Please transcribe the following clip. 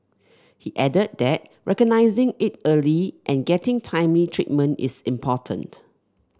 he added that recognising it early and getting timely treatment is important